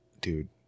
dude